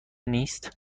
نیست